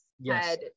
Yes